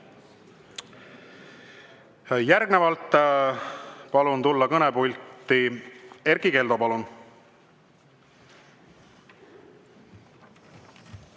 Järgnevalt palun tulla kõnepulti Erkki Keldol. Palun!